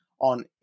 on